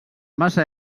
massa